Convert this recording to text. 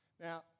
Now